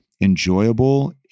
enjoyable